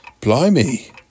Blimey